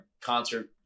concert